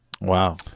Wow